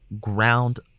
ground